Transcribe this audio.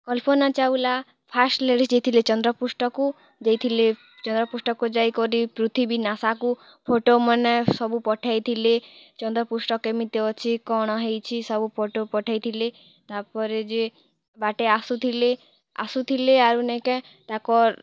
କଳ୍ପନା Chawla first ladies ଯିଏ ଥିଲେ ଚନ୍ଦ୍ରପୃଷ୍ଠକୁ ଯାଇଥିଲେ ଚନ୍ଦ୍ରପୃଷ୍ଠକୁ ଯାଇକରି ପୃଥିବୀ ନାସାକୁ ଫଟୋମନେ ସବୁ ପଠେଇଥିଲେ ଚଦ୍ରପୃଷ୍ଠ କେମିତି ଅଛି କ'ଣ ହେଇଛି ସବୁ ଫଟୋ ପଠେଇଥିଲେ ତାପରେ ଯିଏ ବାଟେ ଆସୁଥିଲେ ଆସୁଥିଲେ ଆରୁ ଯେ ନେଇଁକେ ତାଙ୍କର୍